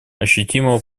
ощутимого